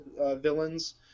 villains